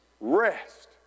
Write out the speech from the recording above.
Rest